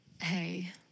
Hey